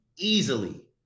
Easily